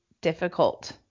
difficult